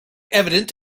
events